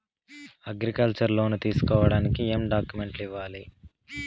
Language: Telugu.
అగ్రికల్చర్ లోను తీసుకోడానికి ఏం డాక్యుమెంట్లు ఇయ్యాలి?